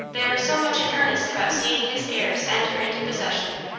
they are so much in earnest about seeing his heirs enter into possession.